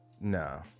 no